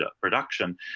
production